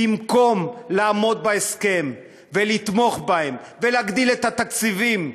במקום לעמוד בהסכם ולתמוך בהם ולהגדיל את התקציבים,